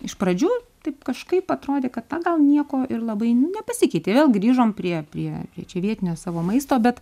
iš pradžių taip kažkaip atrodė kad na gal nieko ir labai nepasikeitė vėl grįžom prie prie čia vietinio savo maisto bet